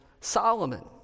Solomon